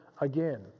again